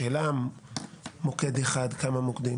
לשאלה על מוקד אחד או כמה מוקדים